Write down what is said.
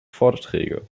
vorträge